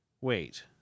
Wait